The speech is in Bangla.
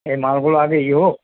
এই মালগুলো আগে ইয়ে হোক